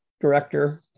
director